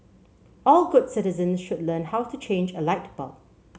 all good citizens should learn how to change a light bulb